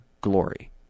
glory